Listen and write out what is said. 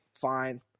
fine